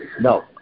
No